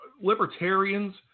libertarians